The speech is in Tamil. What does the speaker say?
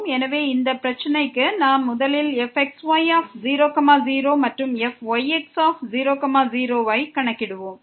எனவே இந்த பிரச்சனைக்கு நாம் முதலில் fxy00 மற்றும் fyx00 ஐ கணக்கிடுவோம்